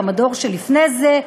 גם הדור שלפני זה,